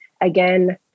again